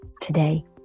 today